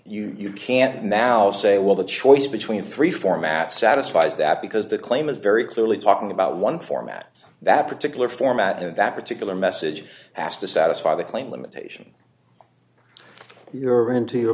you can't now say well the choice between three formats satisfies that because the claim is very clearly talking about one format that particular format and that particular message has to satisfy the claim limitation you're going into your